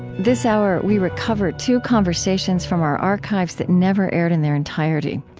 this hour, we recover two conversations from our archives that never aired in their entirety.